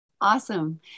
Awesome